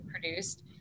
produced